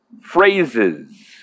phrases